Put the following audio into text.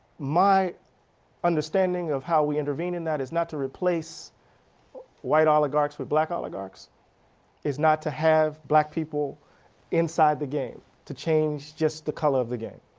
my understanding of how we intervene in that is not to replace white oligarchs with black ah oligarchs and not to have black people inside the game, to change just the color of the game.